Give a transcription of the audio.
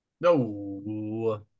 No